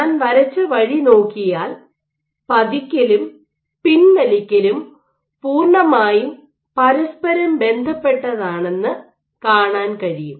ഞാൻ വരച്ച വഴി നോക്കിയാൽ പതിക്കലും പിൻവലിക്കലും പൂർണ്ണമായും പരസ്പരം ബന്ധപ്പെട്ടതാണെന്ന് കാണാൻ കഴിയും